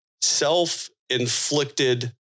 self-inflicted